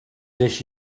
this